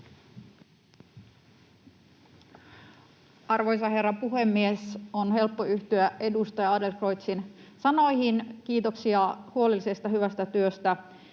Arvoisa herra puhemies! On helppo yhtyä edustaja Adlercreutzin sanoihin. Kiitoksia huolellisesta, hyvästä työstä